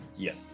Yes